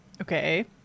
Okay